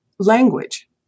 Language